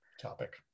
topic